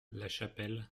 lachapelle